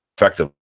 effectively